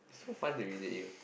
so fun to irritate you